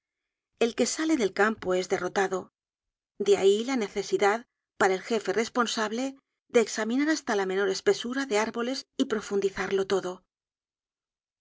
el que sale del campo es derrotado de ahí la necesidad para el jefe responsable de examinar hasta la menor espesura de árboles y profundizarlo todo